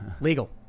legal